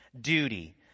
duty